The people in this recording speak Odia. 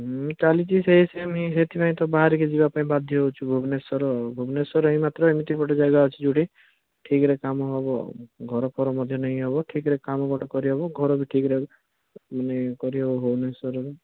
ହୁଁ ଚାଲିଛି ସେ ସେଥିପାଇଁ ତ ବାହରିକି ଯିବାପାଇଁ ବାଧ୍ୟ ହେଉଛୁ ଭୁବନେଶ୍ୱର ଆଉ ଭୁବନେଶ୍ୱର ହିଁ ମାତ୍ର ଏମିତି ଗୋଟେ ଜାଗା ଅଛି ଯଉଠି ଠିକ୍ ରେ କାମ ହେବ ଆଉ ଘରଫର ମଧ୍ୟ ନେଇହେବ ଠିକ୍ ରେ କାମ ଗୋଟେ କରିହେବ ଏବଂ ଘର ବି ଠିକ୍ ରେ ନେଇକରି ହେବ ଭୁବନେଶ୍ୱରରେ